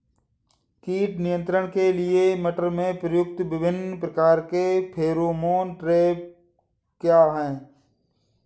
कीट नियंत्रण के लिए मटर में प्रयुक्त विभिन्न प्रकार के फेरोमोन ट्रैप क्या है?